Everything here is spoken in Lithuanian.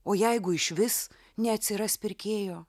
o jeigu išvis neatsiras pirkėjo